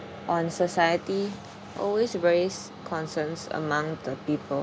on society always raised concerns among the people